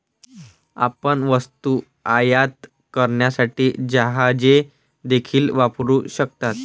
आपण वस्तू आयात करण्यासाठी जहाजे देखील वापरू शकता